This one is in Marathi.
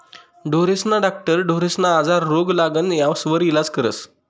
ढोरेस्ना डाक्टर ढोरेस्ना आजार, रोग, लागण यास्वर इलाज करस